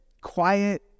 quiet